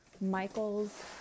Michael's